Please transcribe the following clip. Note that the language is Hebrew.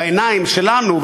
בעיניים שלנו,